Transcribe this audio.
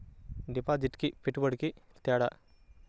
డిపాజిట్కి పెట్టుబడికి తేడా?